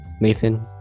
Nathan